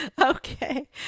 Okay